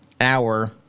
hour